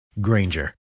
Granger